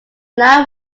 line